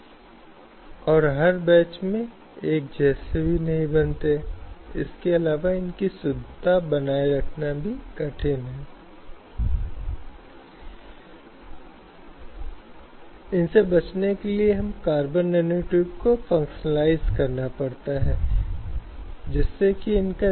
तो कुछ ऐसे मिथक जो लोगों की मानसिकता या मानस में जाते हैं और इस तरह उन्हें एक स्थिति में प्रतिक्रिया करने के लिए बनाते हैं जो विभिन्न भेदभावपूर्ण प्रथाओं या महिलाओं के प्रति पक्षपात पूर्ण दृष्टिकोण को जन्म देता है